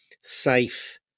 safe